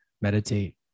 meditate